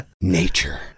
nature